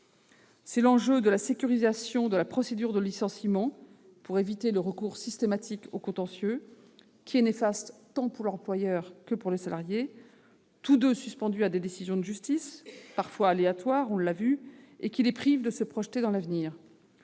C'est l'enjeu de la sécurisation de la procédure de licenciement pour éviter le recours systématique au contentieux, néfaste tant pour l'employeur que pour le salarié, tous deux suspendus à des décisions de justice, parfois aléatoires, on l'a vu, ce qui les prive de se projeter dans l'avenir.